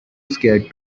scared